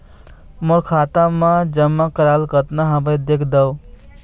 मोर खाता मा जमा कराल कतना हवे देख देव?